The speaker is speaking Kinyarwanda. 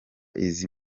izi